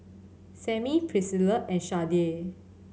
Sammie Priscilla and Shardae